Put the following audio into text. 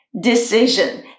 decision